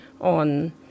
on